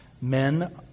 Men